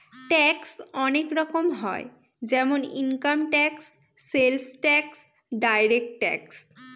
tax অনেক রকম হয় যেমন income tax, sales tax, direct tax